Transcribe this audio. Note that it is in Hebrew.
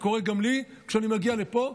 זה קורה גם לי כשאני מגיע לפה,